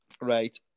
Right